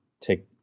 take